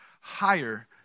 higher